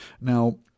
Now